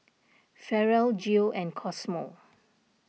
Farrell Geo and Cosmo